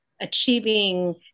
achieving